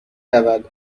رود